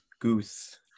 goose